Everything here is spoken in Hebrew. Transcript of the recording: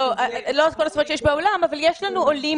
לא בכל השפות שיש בעולם אבל יש לנו עולים